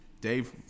Dave